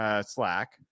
Slack